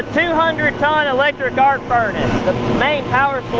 ah two hundred ton electric arc furnace. the main